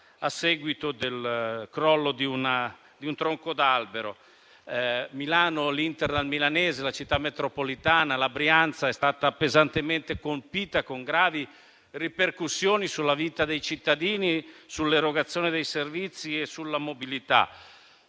a seguito del crollo di un tronco d'albero. Milano, l'*hinterland* milanese, la città metropolitana e la Brianza sono state pesantemente colpite con gravi ripercussioni sulla vita dei cittadini, sull'erogazione dei servizi e sulla mobilità.